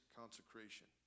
consecration